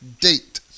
date